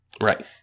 Right